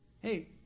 Hey